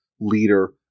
leader